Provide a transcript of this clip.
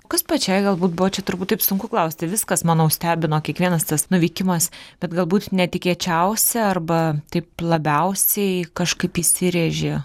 kas pačiai galbūt buvo čia turbūt taip sunku klausti viskas manau stebino kiekvienas tas nuvykimas bet galbūt netikėčiausia arba taip labiausiai kažkaip įsirėžė